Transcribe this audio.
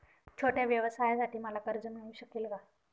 छोट्या व्यवसायासाठी मला कर्ज मिळू शकेल का?